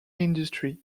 industry